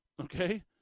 okay